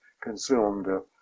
consumed